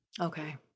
Okay